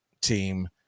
team